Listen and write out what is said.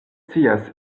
scias